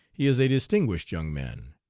he is a distinguished. young man.